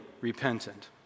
repentant